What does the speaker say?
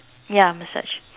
ya massage